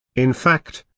in fact,